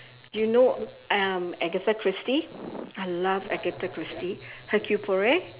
you know um agatha christie I love agatha christie hercule poirot